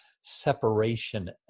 separation